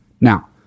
now